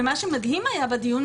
ומה שהיה מדהים בדיון,